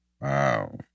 Wow